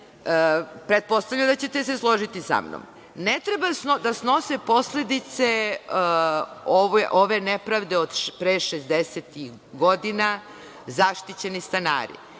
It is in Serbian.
pretpostavljam da ćete se složiti sa mnom, ne treba da snose posledice ove nepravde od pre 60 godina zaštićeni stanari,